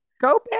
go